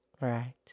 Right